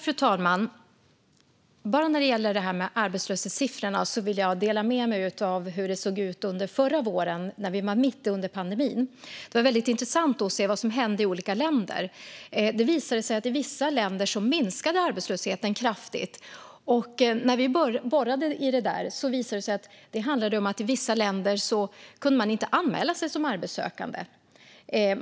Fru talman! När det gäller arbetslöshetssiffrorna vill jag dela med mig hur det såg ut förra våren när vi var mitt i pandemin. Det var intressant att se vad som hände i olika länder. Det visade sig att i vissa länder minskade arbetslösheten kraftigt. När vi borrade i detta visade det sig att det i vissa länder inte gick att anmäla sig som arbetssökande.